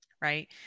Right